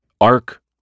Ark